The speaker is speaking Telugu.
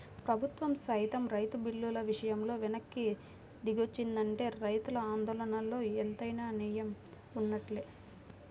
ప్రభుత్వం సైతం రైతు బిల్లుల విషయంలో వెనక్కి దిగొచ్చిందంటే రైతుల ఆందోళనలో ఎంతైనా నేయం వున్నట్లే